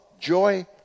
joy